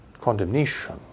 condemnation